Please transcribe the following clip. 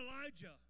Elijah